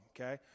okay